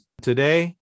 Today